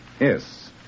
Yes